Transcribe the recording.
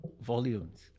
volumes